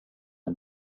der